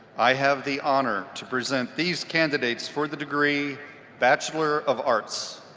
i have the honor to present these candidates for the degree bachelor of arts.